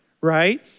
right